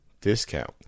discount